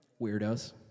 Weirdos